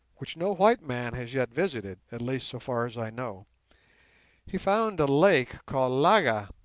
which no white man has yet visited at least, so far as i know he found a lake called laga,